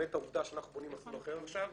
למעט העובדה שאנחנו בונים מסלול אחר עכשיו,